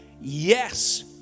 Yes